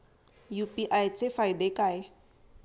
UPI चे फायदे काय?